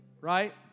right